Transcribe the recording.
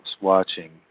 watching